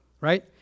right